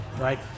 right